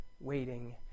waiting